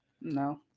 No